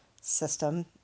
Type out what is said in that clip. system